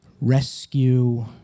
rescue